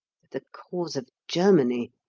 the cause of germany!